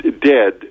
dead